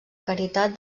caritat